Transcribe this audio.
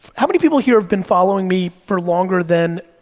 how many people here have been following me for longer than